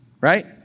right